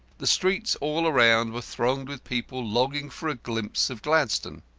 the streets all around were thronged with people longing for a glimpse of gladstone.